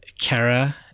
Kara